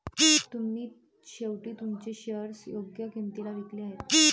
तुम्ही शेवटी तुमचे शेअर्स योग्य किंमतीला विकले आहेत